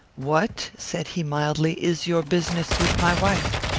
what, said he, mildly, is your business with my wife?